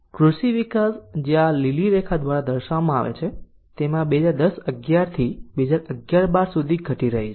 કૃષિ વિકાસ જે આ લીલી રેખા દ્વારા દર્શાવવામાં આવે છે તેમાં પણ 2010 11 થી 2011 12 સુધી ઘટી છે